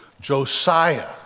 Josiah